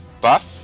buff